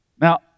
Now